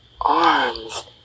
arms